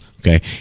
Okay